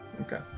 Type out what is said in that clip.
Okay